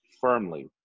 firmly